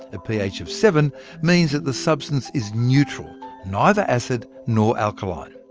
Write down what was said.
a ph of seven means that the substance is neutral neither acid nor alkaline.